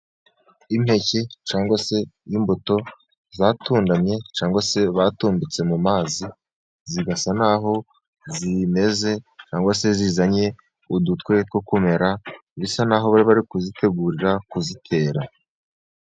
Impeke cyangwa se imbuto zatundamye cyangwa se batumbitse mu mazi zigasa n'aho zimeze cyangwa se zizanye udutwe two kumera bisa naho baribari kuzitegurira kuzitera.